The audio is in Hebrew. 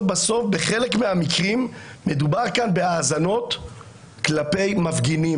בחלק מהמקרים מדובר כאן בהאזנות כלפי מפגינים.